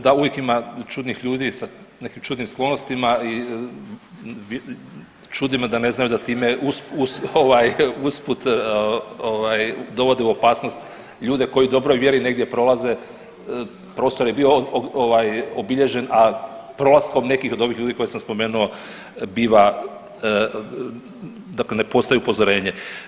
Da, uvijek ima čudnih ljudi sa nekim čudnim sklonostima i čudi me da time ne znaju da time usput dovode u opasnost ljude koji u dobroj vjeri negdje prolaze, prostor je bio obilježen, a prolaskom nekih od ovih ljudi koje sam spomenuo biva dakle ne postoji upozorenje.